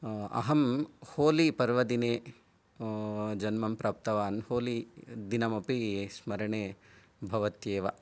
अहं होली पर्व दिने जन्मं प्राप्तवान् होली दिनमपि स्मरणे भवत्येव